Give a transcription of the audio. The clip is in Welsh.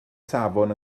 safon